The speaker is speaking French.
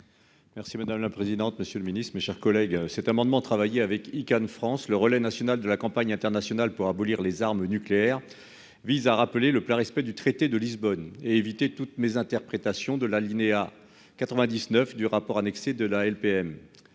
Merci madame la présidente. Monsieur le Ministre, mes chers collègues. Cet amendement travailler avec Icahn France le relais national de la Campagne internationale pour abolir les armes nucléaires vise à rappeler le plein respect du traité de Lisbonne et éviter toutes mes interprétations de l'alinéa 99 du rapport annexé de la LPM.